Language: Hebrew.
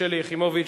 ושלי יחימוביץ,